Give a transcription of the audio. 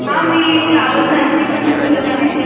हां मी फ्लावर नर्सिंगमधून बोलत आहे